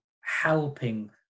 helping